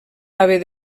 haver